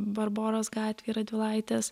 barboros gatvėj radvilaitės